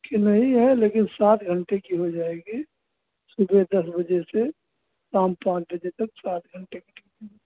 कि नहीं है लेकिन सात घंटे की हो जाएगी सुबह दस बजे से शाम पाँच बजे तक सात घंटे की ड्यूटी